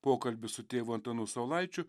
pokalbis su tėvu antanu saulaičiu